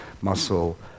muscle